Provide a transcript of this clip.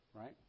right